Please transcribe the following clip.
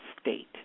state